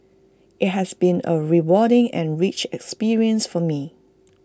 IT has been A rewarding and rich experience for me